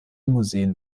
museen